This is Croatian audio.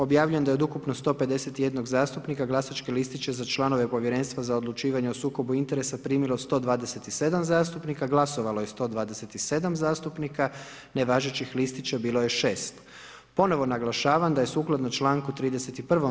Objavljujem da je od ukupno 151 zastupnika glasački listiće za članove Povjerenstva za odlučivanje o sukobu interesa primilo 127 zastupnika, glasovalo je 127 zastupnika, nevažećih listića bilo je 6. Ponovno naglašavam da je sukladno članku 31.